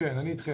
"איזה יופי,